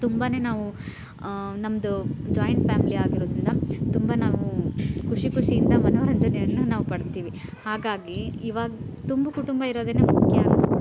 ತುಂಬ ನಾವು ನಮ್ಮದು ಜಾಯಿಂಟ್ ಫ್ಯಾಮಿಲಿ ಆಗಿರೋದರಿಂದ ತುಂಬ ನಾವು ಖುಷಿ ಖುಷಿಯಿಂದ ಮನೋರಂಜನೆಯನ್ನು ನಾವು ಪಡ್ತೀವಿ ಹಾಗಾಗಿ ಇವಾಗ ತುಂಬು ಕುಟುಂಬ ಇರೋದೇನೇ ಮುಖ್ಯ ಅನಿಸ್ಬಿಡುತ್ತೆ